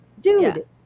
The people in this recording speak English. Dude